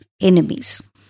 Enemies